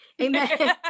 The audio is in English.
Amen